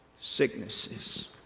sicknesses